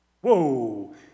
Whoa